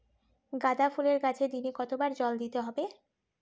গাদা ফুলের গাছে দিনে কতবার জল দিতে হবে?